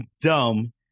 dumb